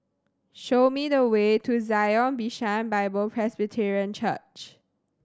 show me the way to Zion Bishan Bible Presbyterian Church